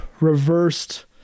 reversed